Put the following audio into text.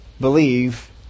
believe